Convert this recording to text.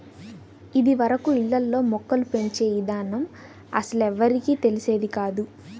ఇదివరకు ఇళ్ళల్లో మొక్కలు పెంచే ఇదానం అస్సలెవ్వరికీ తెలిసేది కాదు